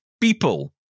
people